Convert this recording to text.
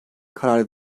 karar